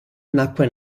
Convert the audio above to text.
nacque